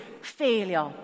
failure